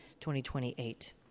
2028